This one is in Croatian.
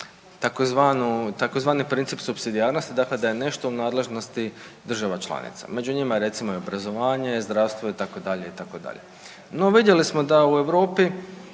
tzv. princip supsidijarnosti, dakle da je nešto u nadležnosti država članica. Među njima je recimo i obrazovanje, zdravstvo itd. itd. No vidjeli smo da u Europi